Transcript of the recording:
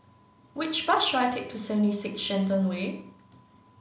which bus should I take to seventy six Shenton Way